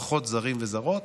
פחות זרים וזרות,